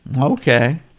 Okay